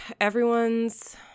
everyone's